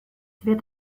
wird